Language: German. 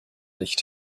nicht